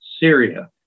Syria